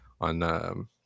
on